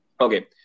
Okay